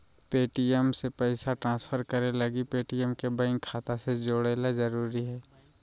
Paytm से पैसा transfer करे लगी पेटीएम के बैंक खाता से जोड़े ल जरूरी हय